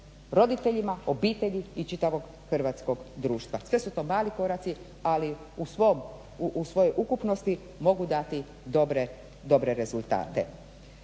roditeljima, obitelji i čitavog hrvatskog društva. Sve su to mali koraci, ali u svojoj ukupnosti mogu dati dobre rezultate.